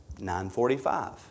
9.45